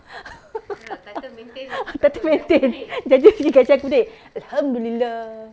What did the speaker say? title maintain janji gaji aku naik alhamdulillah